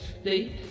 state